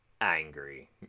angry